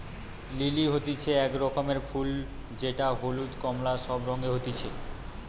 lily হতিছে এক রকমের ফুল যেটা হলুদ, কোমলা সব রঙে হতিছে